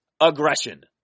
aggression